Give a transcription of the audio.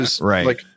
right